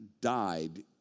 died